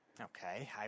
Okay